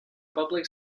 public